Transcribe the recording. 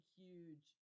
huge